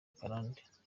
akarande